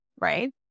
right